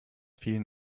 vielen